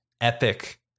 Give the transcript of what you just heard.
epic